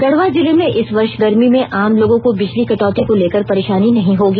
गढ़वा जिले में इस वर्ष गर्मी में आम लोगों को बिजली कटौती को लेकर परेशानी नहीं होगी